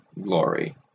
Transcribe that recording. glory